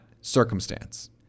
circumstance